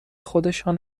خودشان